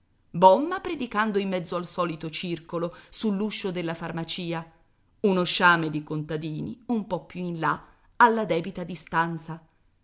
bomma predicando in mezzo al solito circolo sull'uscio della farmacia uno sciame di contadini un po più in là alla debita distanza